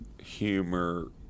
humor